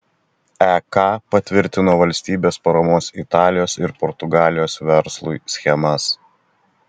ek patvirtino valstybės paramos italijos ir portugalijos verslui schemas